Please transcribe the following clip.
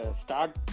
start